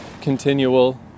continual